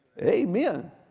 Amen